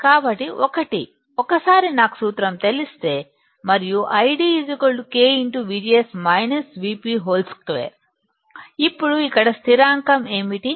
కాబట్టి ఒకసారి నాకు సూత్రం తెలిస్తే మరియు ID K 2 అప్పుడు ఇక్కడ స్థిరాంకం ఏమిటి